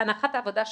הנחת העבודה שלי,